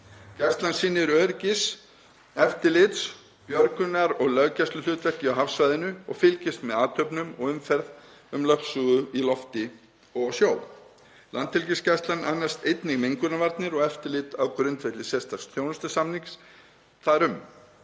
Gæslan sinnir öryggis-, eftirlits-, björgunar- og löggæsluhlutverki á hafsvæðinu og fylgist með athöfnum og umferð um lögsögu í lofti og á sjó. Landhelgisgæslan annast einnig mengunarvarnir og eftirlit á grundvelli sérstaks þjónustusamnings þar um.